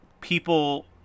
people